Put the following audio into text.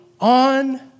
on